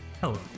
hello